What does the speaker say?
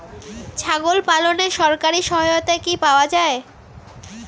ছাগল পালনে সরকারি সহায়তা কি পাওয়া যায়?